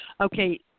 Okay